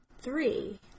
three